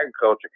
agriculture